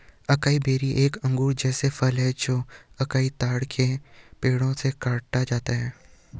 acai berry एक अंगूर जैसा फल है जो अकाई ताड़ के पेड़ों से काटा जाता है